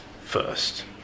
first